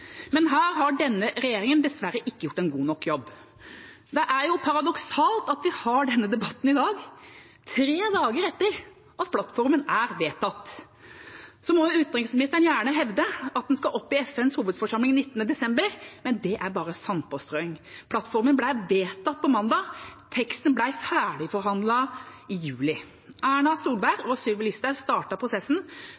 Men denne regjeringa har dessverre ikke gjort en god nok jobb. Det er paradoksalt at vi har denne debatten i dag, tre dager etter at plattformen er vedtatt. Så må utenriksministeren gjerne hevde at den skal opp i FNs hovedforsamling 19. desember, men det er bare sandpåstrøing. Plattformen ble vedtatt på mandag, teksten ble ferdigforhandlet i juli. Erna Solberg